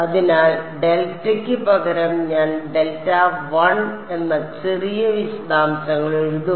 അതിനാൽ ഡെൽറ്റയ്ക്ക് പകരം ഞാൻ ഡെൽറ്റ 1 എന്ന ചെറിയ വിശദാംശങ്ങൾ എഴുതും